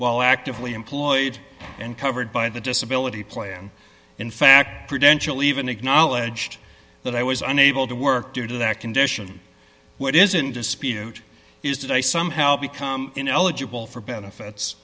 while actively employed and covered by the disability plan in fact prudential even acknowledged that i was unable to work due to that condition what is in dispute is did i somehow become eligible for benefits